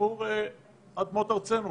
לשימור אדמות ארצנו,